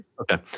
Okay